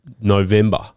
November